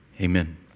Amen